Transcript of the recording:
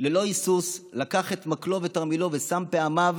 ללא היסוס, הוא לקח את מקלו ותרמילו ושם פעמיו